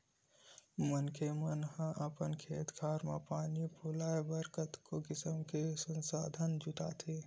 मनखे मन ह अपन खेत खार म पानी पलोय बर कतको किसम के संसाधन जुटाथे